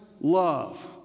love